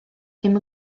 ddim